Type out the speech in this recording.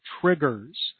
triggers